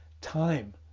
Time